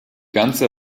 ganze